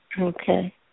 Okay